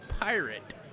pirate